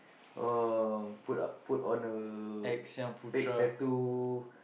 oh put up put on a fake tattoo